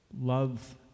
love